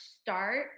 start